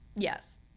Yes